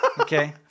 okay